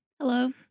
Hello